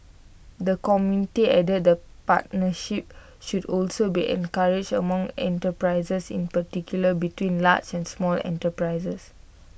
the committee added that partnerships should also be encouraged among enterprises in particular between large and small enterprises